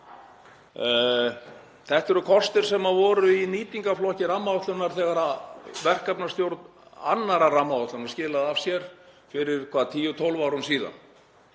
Þetta eru kostir sem voru í nýtingarflokki rammaáætlunar þegar verkefnastjórn um rammaáætlun 2 skilaði af sér fyrir um 10, 12 árum síðan.